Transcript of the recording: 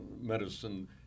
medicine